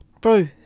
bro